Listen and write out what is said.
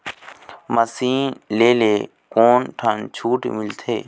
Machine ले ले कोन ठन छूट मिलथे?